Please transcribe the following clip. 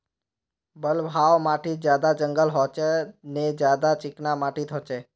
बलवाह माटित ज्यादा जंगल होचे ने ज्यादा चिकना माटित होचए?